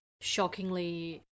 shockingly